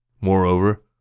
Moreover